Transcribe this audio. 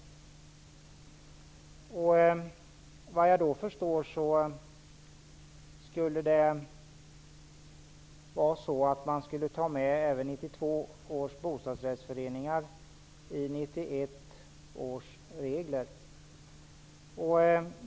Såvitt jag förstår, skulle 1991 års regler gälla även 1992 års bostadsrättsföreningar.